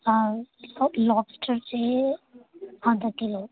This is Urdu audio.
ہاں اور لابسٹر چاہیے آدھا کلو